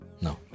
No